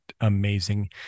amazing